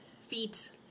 feet